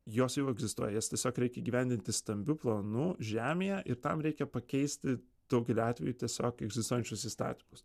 jos jau egzistuoja jas tiesiog reikia įgyvendinti stambiu planu žemėje ir tam reikia pakeisti daugeliu atvejų tiesiog egzistuojančius įstatymus